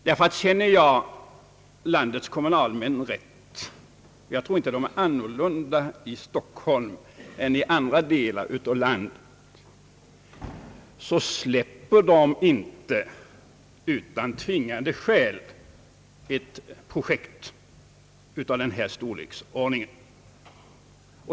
Om jag känner landets kommunalmän rätt — jag tror inte de är annorlunda i Stockholm än i andra delar av landet — släpper de inte utan tvingande skäl ett projekt av denna storleksordning.